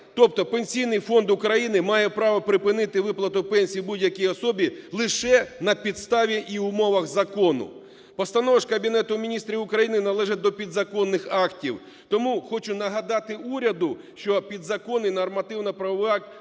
Тобто Пенсійний фонд України має право припинити виплату пенсії будь-якій особі лише на підставі і умовах закону. Постанова ж Кабінету Міністрів України належить до підзаконних актів, тому хочу нагадати уряду, що підзаконний нормативно-правовий акт